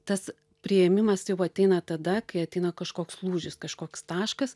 tas priėmimas jau ateina tada kai ateina kažkoks lūžis kažkoks taškas